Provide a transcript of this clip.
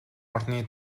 орны